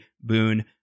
Boone